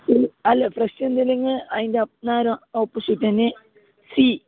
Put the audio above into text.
അല്ല ഫ്രഷ് എന്തേലും നിങ്ങൾ അതിൻ്റെ നേരെ ഓപ്പോസിറ്റ് തന്നെ സീ